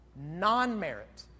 non-merit